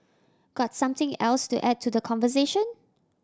got something else to add to the conversation